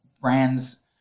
brands –